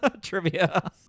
trivia